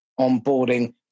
onboarding